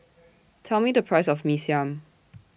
Tell Me The Price of Mee Siam